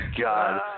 God